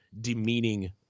demeaning